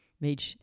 made